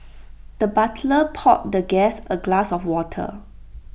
the butler poured the guest A glass of water